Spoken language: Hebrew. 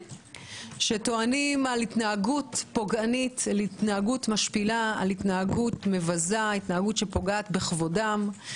שטוענים על התנהגות פוגענית ומשפילה והתנהגות שמבזה ופוגעת בכבודם.